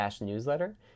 newsletter